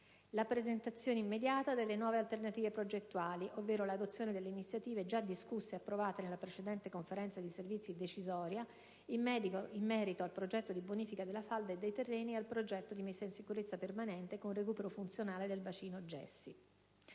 la presentazione immediata delle nuove alternative progettuali, ovvero l'adozione delle iniziative già discusse ed approvate nella precedente Conferenza di servizi decisoria in merito al progetto di bonifica della falda e dei terreni e al progetto di messa in sicurezza permanente con recupero funzionale del bacino gessi.